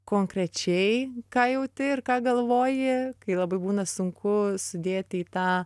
konkrečiai ką jauti ir ką galvoji kai labai būna sunku sudėti į tą